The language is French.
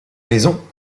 maison